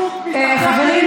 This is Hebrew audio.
הרפורמי הגיע, תתחיל.